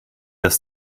dass